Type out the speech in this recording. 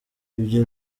ibyo